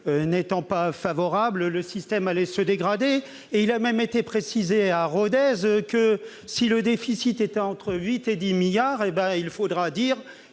n'étant pas favorable, le système allait se dégrader. Il a même été précisé à Rodez que, si le déficit était entre 8 milliards et 10 milliards d'euros, il faudra dire